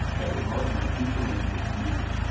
that would mark my future rank as commander,